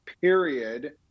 period